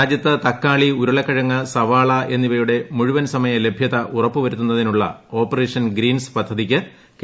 രാജ്യത്ത് തക്കാളി ഉരുളക്കിഴങ്ങ് സവാള എന്നിവയുടെ ന് മുഴുവൻ സമയ ലഭ്യത ഉറപ്പ് വരുത്തുന്നതിനുള്ള ഓപ്പറേഷൻ ഗ്രീൻസ് പദ്ധതിക്ക് കേന്ദ്ര അംഗീകാരം